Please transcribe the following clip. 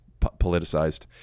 politicized